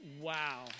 wow